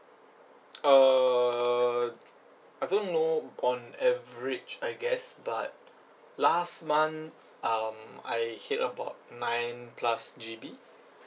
err okay I don't know on average I guess but last month um I hit about nine plus G_B